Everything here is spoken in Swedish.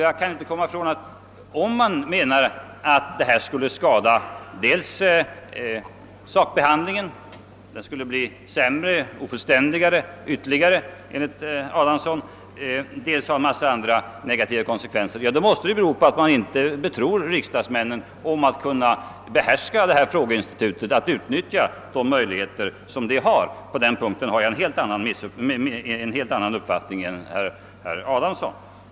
Jag kan inte komma ifrån att om man menar att sådana här utskottsförhör skulle skada sakbehandlingen, så måste det bero på att man inte tror att riksdagsmännen skulle kunna behärska detta frågeinstitut och utnyttja dess möjligheter. På den punkten har jag en helt annan uppfattning än herr Adamsson.